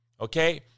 Okay